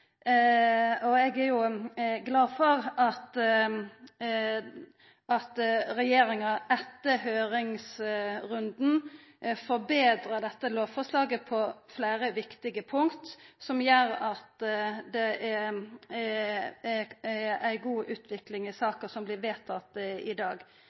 Eg er glad for at regjeringa etter høyringsrunden forbetra dette lovforslaget på fleire viktige punkt, noko som gjer at det har vore ei god utvikling i saka som vert vedtatt i dag.